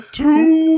two